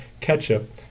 ketchup